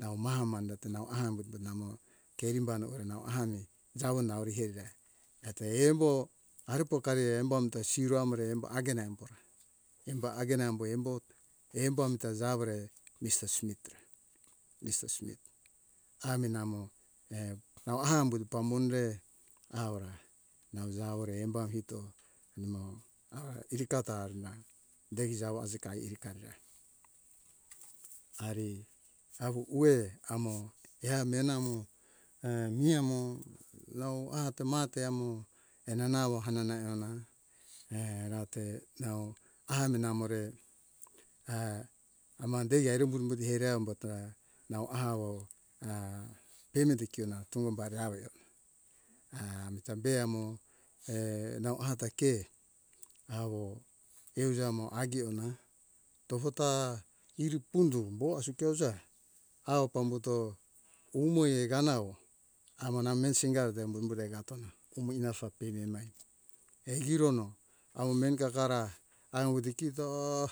Nau maham mandete nau ahambuto namo kerim bana ore nau ahane jawo naure kerija eto embo ari pokari embo amta siro amore embo hagena embora embo hagena embo embo amta jawore mr smith ra mr smith aminamo auha umbuto pamonre aura nau jawore embo akito nimo aura iji kato na degi jawo ajika iji kata ari awo uwe amo ea menamo e miamo nou ato mate amo enanawo hanana eona rate nau ahami namore aman dei erim burumbuti ere ambuta nau ahawo a payment ekiona towombari awoe a amita be amo e nau hata ke awo euja mo agiona togota iripundo bo azikeuza au pambuto umoe ganao amo na me singa de bumbure gatona umoe naso peime emai egirono awo meni gagara awo uti kito